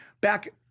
Back